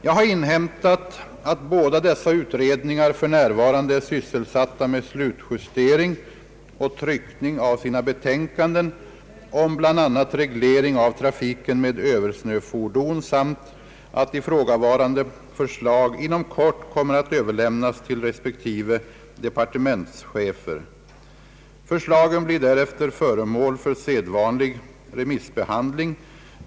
Jag har inhämtat, att båda dessa utredningar f. n. är sysselsatta med slutjustering och tryckning av sina betänkanden om bl.a. reglering av trafiken med översnöfordon samt att ifrågavarande förslag inom kort kommer att överlämnas till respektive departementschefer. Förslagen blir därefter föremål för sedvanlig remissbehandling.